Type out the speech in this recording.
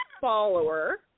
follower